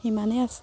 সিমানেই আছে